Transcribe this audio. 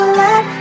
let